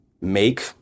make